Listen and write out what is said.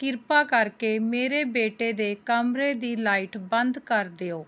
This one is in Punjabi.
ਕਿਰਪਾ ਕਰਕੇ ਮੇਰੇ ਬੇਟੇ ਦੇ ਕਮਰੇ ਦੀ ਲਾਈਟ ਬੰਦ ਕਰ ਦਿਉ